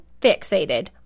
fixated